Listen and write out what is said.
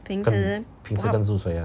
跟平时跟著谁